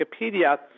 Wikipedia